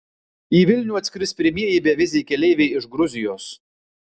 į vilnių atskris pirmieji beviziai keleiviai iš gruzijos